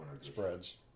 spreads